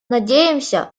надеемся